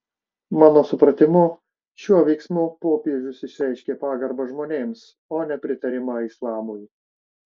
mano supratimu šiuo veiksmu popiežius išreiškė pagarbą žmonėms o ne pritarimą islamui